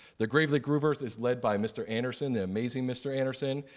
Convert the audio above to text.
the gravely groovers is led by mr. anderson, the amazing mr. anderson,